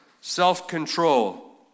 self-control